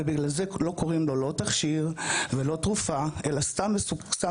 ובגלל זה לא קוראים לו תכשיר ולא תרופה אלא סתם סם